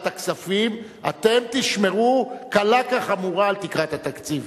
הכספים: אתם תשמרו קלה כחמורה על תקרת התקציב.